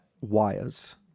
wires